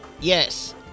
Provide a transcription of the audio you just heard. Yes